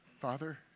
Father